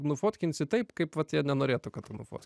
nufotkinsi taip kaip vat jie nenorėtų kad tu nufo